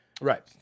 Right